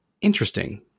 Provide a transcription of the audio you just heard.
interesting